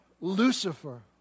Lucifer